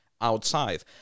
outside